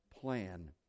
plan